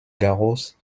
garros